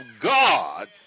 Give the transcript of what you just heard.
God